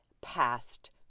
past